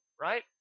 right